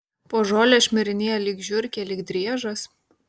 po žolę šmirinėja lyg žiurkė lyg driežas